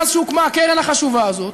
מאז הוקמה הקרן החשובה הזאת,